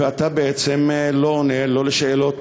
ואתה בעצם לא עונה על שאלות